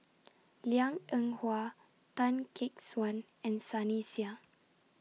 Liang Eng Hwa Tan Gek Suan and Sunny Sia